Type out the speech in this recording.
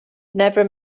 never